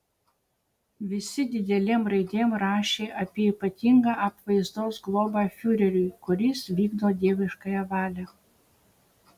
visi didelėm raidėm rašė apie ypatingą apvaizdos globą fiureriui kuris vykdo dieviškąją valią